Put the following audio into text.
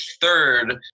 third